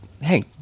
hey